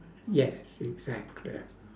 yes exactly